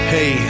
Hey